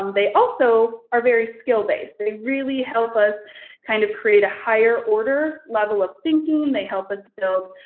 um they also are very skill-based. they really help us kind of create a higher-order level of thinking. they help us build